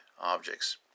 objects